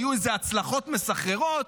היו איזה הצלחות מסחררות,